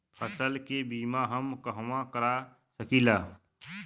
फसल के बिमा हम कहवा करा सकीला?